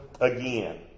again